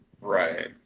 Right